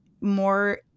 more